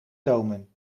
tomen